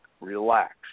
relax